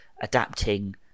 adapting